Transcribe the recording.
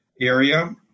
area